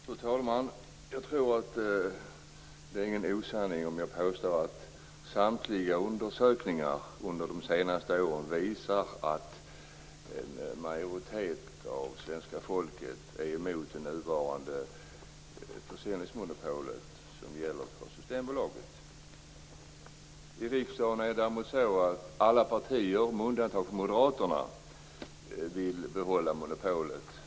Fru talman! Jag tror inte att det är någon osanning om jag påstår att samtliga undersökningar som har gjorts under de senaste åren visar att en majoritet av svenska folket är emot Systembolagets nuvarande försäljningsmonopol. Alla partier i riksdagen, utom moderaterna, vill behålla monopolet.